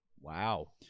Wow